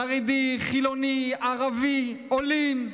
חרדי, חילוני, ערבי, עולים.